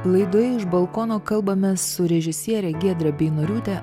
laidoje iš balkono kalbamės su režisiere giedre beinoriūte